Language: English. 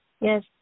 yes